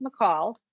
McCall